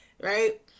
right